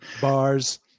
Bars